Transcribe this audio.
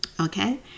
okay